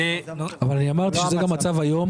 --- אני אמרתי שזה גם המצב היום,